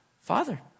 Father